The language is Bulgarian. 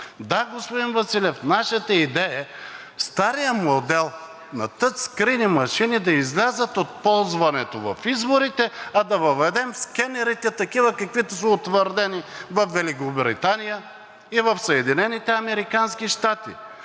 Да, господин Василев, нашата идея е старият модел на тъчскрийн и машини да излязат от ползване в изборите, а да въведем скенерите такива, каквито са утвърдени във Великобритания и в Съединените американски щати.